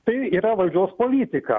tai yra valdžios politika